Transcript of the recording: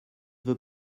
veux